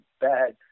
bad